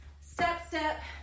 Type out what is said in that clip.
step-step